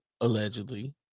allegedly